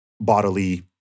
bodily